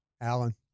alan